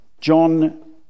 John